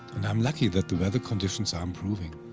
and i am lucky that the weather conditions are improving.